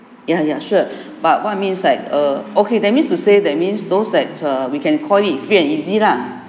ya ya sure but what I means like err okay that means to say that means those that err we can call it free and easy lah